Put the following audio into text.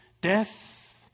death